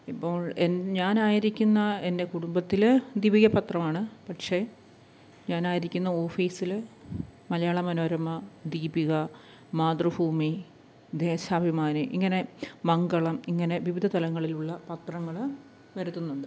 ഇപ്പോൾ എ ഞാനായിരിക്കുന്ന എൻ്റെ കുടുംബത്തില് ദീപിക പത്രമാണ് പക്ഷെ ഞാനായിരിക്കുന്ന ഓഫീസില് മലയാള മനോരമ ദീപിക മാതൃഭൂമി ദേശാഭിമാനി ഇങ്ങനെ മംഗളം ഇങ്ങനെ വിവിധ തലങ്ങളിലുള്ള പത്രങ്ങള് വരുത്തുന്നുണ്ട്